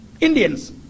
Indians